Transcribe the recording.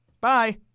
Bye